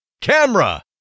camera